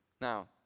Now